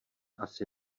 asi